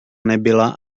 nebyla